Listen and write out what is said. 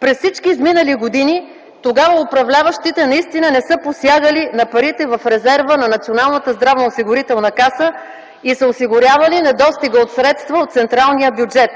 през всички изминали години тогава управляващите не са посягали на парите в резерва на Националната здравноосигурителна каса и са осигурявали недостига от средства от централния бюджет.